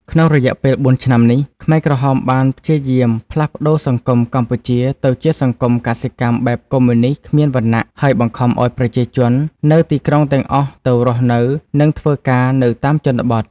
ក្នុងរយៈពេល ៤ ឆ្នាំនេះ ខ្មែរក្រហមបានព្យាយាមផ្លាស់ប្តូរសង្គមកម្ពុជាទៅជាសង្គមកសិកម្មបែបកុម្មុយនិស្តគ្មានវណ្ណៈ ដោយបង្ខំឱ្យប្រជាជននៅទីក្រុងទាំងអស់ទៅរស់នៅ និងធ្វើការនៅតាមជនបទ។